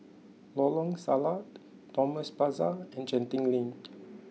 Lorong Salleh Thomson Plaza and Genting Link